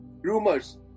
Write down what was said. rumors